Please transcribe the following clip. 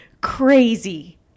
crazy